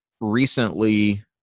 recently